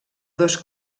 dos